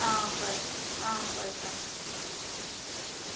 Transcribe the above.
ꯑꯧ ꯍꯣꯏ ꯑꯧ ꯍꯣꯏ ꯍꯣꯏ